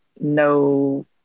no